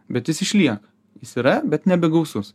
bet jis išlieka jis yra bet nebegausus